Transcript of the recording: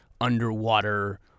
underwater